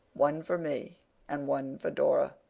one for me and one for dora.